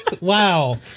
Wow